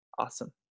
awesome